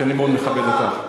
שאני מאוד מכבד אותה,